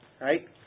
right